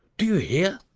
do you hear?